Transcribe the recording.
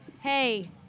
Hey